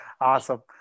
Awesome